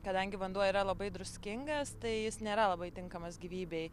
kadangi vanduo yra labai druskingas tai jis nėra labai tinkamas gyvybei